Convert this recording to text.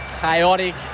chaotic